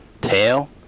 tail